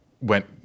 went